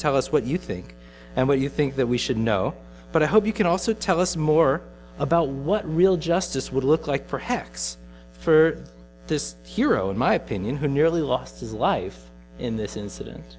tell us what you think and what you think that we should know but i hope you can also tell us more about what real justice would look like for heck's for this hero in my opinion who nearly lost his life in this inciden